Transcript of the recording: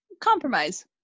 Compromise